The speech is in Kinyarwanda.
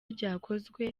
ryakozwe